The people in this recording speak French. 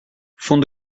fond